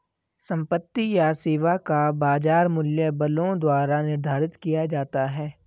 संपत्ति या सेवा का बाजार मूल्य बलों द्वारा निर्धारित किया जाता है